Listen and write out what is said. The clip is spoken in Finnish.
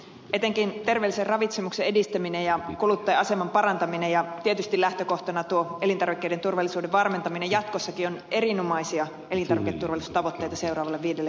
etenkin terveellisen ravitsemuksen edistäminen ja kuluttajan aseman parantaminen ja tietysti lähtökohtana tuo elintarvikkeiden turvallisuuden varmentaminen jatkossakin ovat erinomaisia elintarviketurvallisuustavoitteita seuraavalla viidelle vuodelle